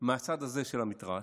מהצד הזה של המתרס,